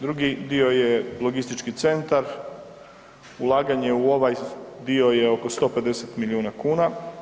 Drugi dio je logistički centar, ulaganje u ovaj dio je oko 150 milijuna kuna.